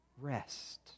rest